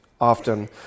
often